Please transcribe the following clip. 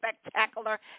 spectacular